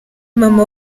mama